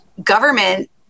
government